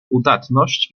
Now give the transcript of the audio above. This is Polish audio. udatność